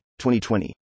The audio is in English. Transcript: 2020